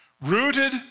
rooted